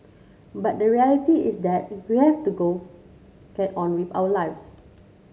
but the reality is that we have to go get on with our lives